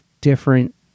different